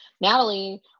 Natalie